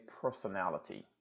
personality